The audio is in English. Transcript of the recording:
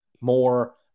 more